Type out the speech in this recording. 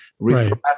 reformat